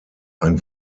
ein